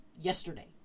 yesterday